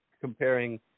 comparing